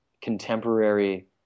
contemporary